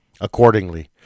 Accordingly